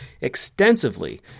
extensively